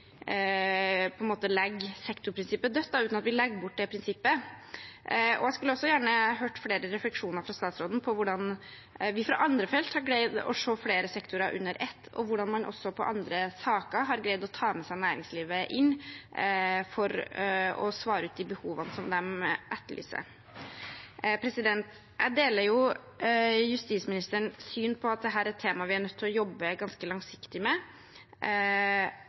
på en måte legger sektorprinsippet dødt, uten at vi legger bort det prinsippet. Jeg skulle også gjerne hørt flere refleksjoner fra statsråden om hvordan vi på andre felt har greid å se flere sektorer under ett, og hvordan man i andre saker har greid å ta med seg næringslivet for å svare ut de behovene som de etterlyser. Jeg deler justisministerens syn på at dette er et tema vi er nødt til å jobbe ganske langsiktig med,